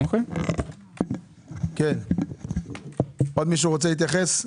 עוד מישהו רוצה להתייחס?